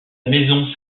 maison